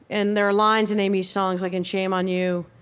and there are lines in amy's songs, like in shame on you,